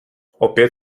opět